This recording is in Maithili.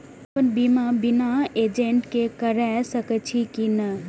अपन बीमा बिना एजेंट के करार सकेछी कि नहिं?